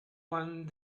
one